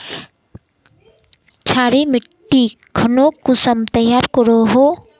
क्षारी मिट्टी खानोक कुंसम तैयार करोहो?